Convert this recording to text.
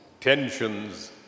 tensions